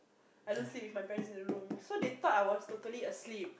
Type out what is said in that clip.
I don't sleep with my parents in the room so they thought I was totally asleep